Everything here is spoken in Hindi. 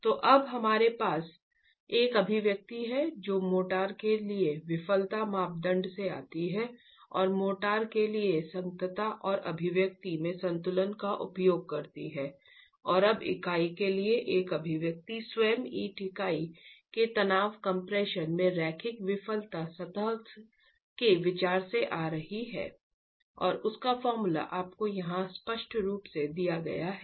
तो अब हमारे पास एक अभिव्यक्ति है जो मोर्टार के लिए विफलता मापदंड से आती है और मोर्टार के लिए संगतता और अभिव्यक्ति में संतुलन का उपयोग करती है और अब इकाई के लिए एक अभिव्यक्ति स्वयं ईंट इकाई के तनाव कम्प्रेशन में रैखिक विफलता सतह के विचार से आ रही है